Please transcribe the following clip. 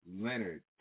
Leonard